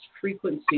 frequency